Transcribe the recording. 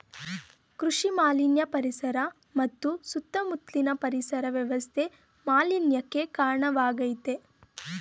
ಕೃಷಿ ಮಾಲಿನ್ಯ ಪರಿಸರ ಮತ್ತು ಸುತ್ತ ಮುತ್ಲಿನ ಪರಿಸರ ವ್ಯವಸ್ಥೆ ಮಾಲಿನ್ಯಕ್ಕೆ ಕಾರ್ಣವಾಗಾಯ್ತೆ